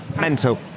Mental